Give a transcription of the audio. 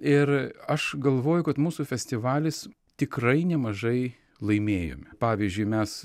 ir aš galvoju kad mūsų festivalis tikrai nemažai laimėjome pavyzdžiui mes